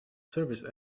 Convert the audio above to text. service